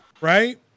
right